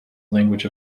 language